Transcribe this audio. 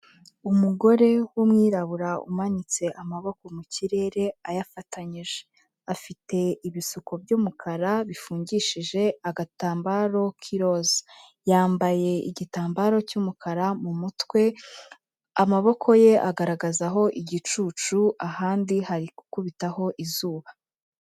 Umugore w'umwirabura umanitse amaboko mu kirere ayafatanyije, afite ibisuko by'umukara bifungishije agatambaro k'iroze, yambaye igitambaro cy'umukara mu mutwe, amaboko ye agaragazaho igicucu ahandi hari gukubitaho izuba.